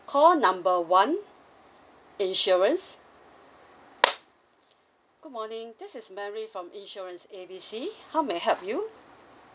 call number one insurance good morning this is mary from insurance A B C how may I help you